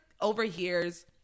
overhears